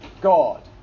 God